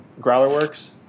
GrowlerWorks